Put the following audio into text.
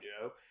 joe